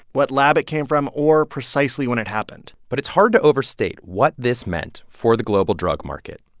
what lab it came from, or precisely when it happened but it's hard to overstate what this meant for the global drug market.